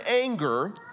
anger